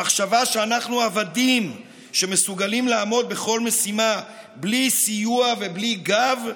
המחשבה שאנחנו עבדים שמסוגלים לעמוד בכל משימה בלי סיוע ובלי גב,